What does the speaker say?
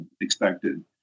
expected